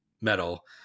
metal